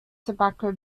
tobacco